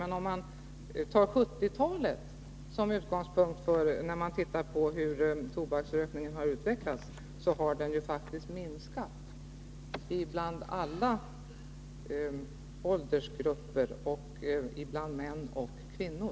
Men om man tar 1970-talet som utgångspunkt när man tittar på hur tobaksrökningen har utvecklats, kan man konstatera att den faktiskt minskat, bland alla åldersgrupper och bland såväl män som kvinnor.